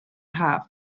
haf